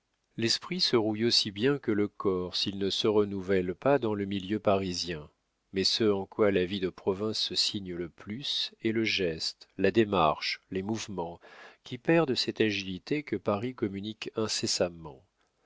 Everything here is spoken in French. l'esprit se rouille aussi bien que le corps s'il ne se renouvelle pas dans le milieu parisien mais ce en quoi la vie de province se signe le plus est le geste la démarche les mouvements qui perdent cette agilité que paris communique incessamment